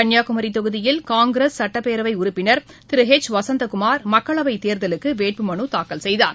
கன்னியாகுமரிதொகுதியில் காங்கிரஸ் சட்ட் பேரவைஉறுப்பினர் திருஹெச் வசந்தகுமார் மக்களவைத் தேர்தலுக்குவேட்புமனுத் தாக்கல் செய்தார்